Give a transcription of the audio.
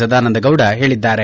ಸದಾನಂದಗೌಡ ಹೇಳಿದ್ದಾರೆ